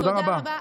תודה רבה.